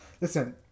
listen